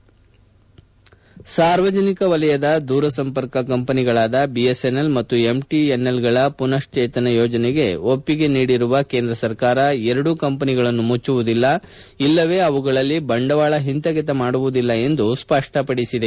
break ಸಾರ್ವಜನಿಕ ವಲಯದ ದೂರಸಂಪರ್ಕ ಕಂಪನಿಗಳಾದ ಬಿಎಸ್ಎನ್ಎಲ್ ಮತ್ತು ಎಂಟಎನ್ಎಲ್ಗಳ ಪುನಃಶ್ಲೇತನ ಯೋಜನೆಗೆ ಒಪ್ಪಿಗೆ ನೀಡಿರುವ ಕೇಂದ್ರ ಸರ್ಕಾರ ಎರಡೂ ಕಂಪನಿಗಳನ್ನು ಮುಚ್ಲವುದಿಲ್ಲ ಇಲ್ಲವೇ ಅವುಗಳಲ್ಲಿ ಬಂಡವಾಳ ಹಿಂತೆಗೆತ ಮಾಡುವುದಿಲ್ಲ ಎಂದು ಸ್ಪಷ್ಟಪಡಿಸಿದೆ